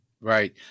Right